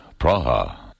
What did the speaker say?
Praha